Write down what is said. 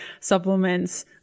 supplements